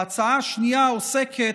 וההצעה השנייה עוסקת,